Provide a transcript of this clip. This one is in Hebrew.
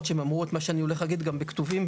שאמרו את מה שאני הולך להגיד גם בכתובים,